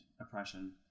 oppression